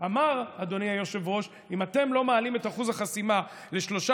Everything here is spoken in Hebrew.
אמר: אם אתם לא מעלים את אחוז החסימה ל-3.75%,